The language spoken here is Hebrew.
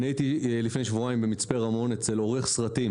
לפני שבועיים הייתי במצפה רמון אצל עורך סרטים